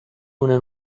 una